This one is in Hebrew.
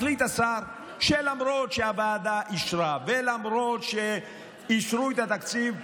מחליט השר שלמרות שהוועדה אישרה ולמרות שאישרו את התקציב: